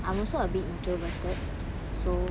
I'm also a bit introverted so